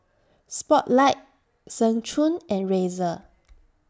Spotlight Seng Choon and Razer